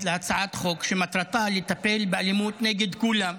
להצעת חוק שמטרתה לטפל באלימות נגד כולם,